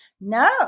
No